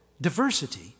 Diversity